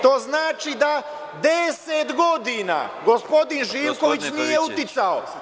To znači da 10 godina gospodin Živković nije uticao.